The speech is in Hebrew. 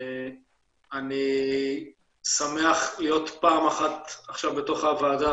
אני שמח להיות פעם אחת עכשיו בתוך הוועדה,